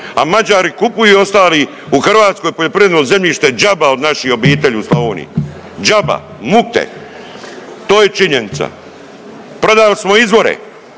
A Mađari kupuju i ostali u Hrvatskoj poljoprivredno zemljište đaba od naših obitelji u Slavoniji džaba, mukte to je činjenica. Prodali smo izvore,